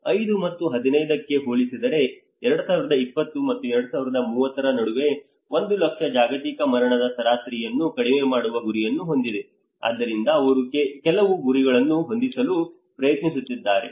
5 ಮತ್ತು 15 ಕ್ಕೆ ಹೋಲಿಸಿದರೆ 2020 ಮತ್ತು 2030 ರ ನಡುವೆ 1 ಲಕ್ಷ ಜಾಗತಿಕ ಮರಣದ ಸರಾಸರಿಯನ್ನು ಕಡಿಮೆ ಮಾಡುವ ಗುರಿಯನ್ನು ಹೊಂದಿದೆ ಆದ್ದರಿಂದ ಅವರು ಕೆಲವು ಗುರಿಗಳನ್ನು ಹೊಂದಿಸಲು ಪ್ರಯತ್ನಿಸುತ್ತಿದ್ದಾರೆ